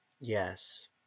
yes